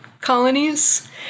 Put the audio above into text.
colonies